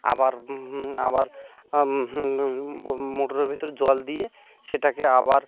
আবার আবার ও মোটরের ভিতরে জল দিয়ে সেটাকে আবার